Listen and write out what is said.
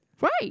Right